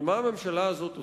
אבל מה הממשלה הזאת עושה?